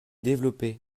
développé